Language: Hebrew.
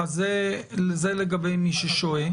אז זה לגבי מי ששוהה.